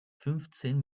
fünfzehn